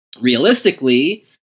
realistically